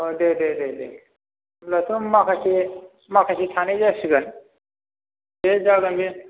औ दे दे दे दे होमब्लाथ' माखासे माखासे थानाय जासिगोन दे जागोन बे